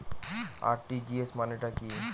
RTGS মানে টা কি?